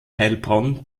heilbronn